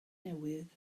newydd